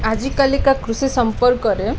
ଆଜିକାଲିକା କୃଷି ସମ୍ପର୍କରେ